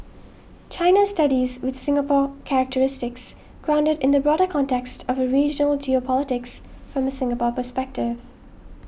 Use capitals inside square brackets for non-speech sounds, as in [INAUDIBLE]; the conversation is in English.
China studies with Singapore characteristics grounded in the broader context of [UNINTELLIGIBLE] geopolitics from a Singapore perspective